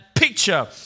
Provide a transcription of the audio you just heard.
picture